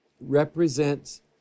represents